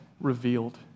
revealed